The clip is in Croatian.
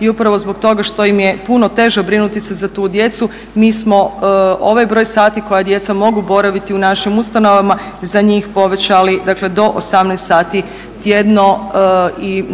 I upravo zbog toga što im je puno teže brinuti se za tu djecu mi smo ovaj broj sati koja djeca mogu boraviti u našim ustanovama za njih povećali dakle do 18,00 sati tjedno. I